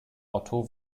otto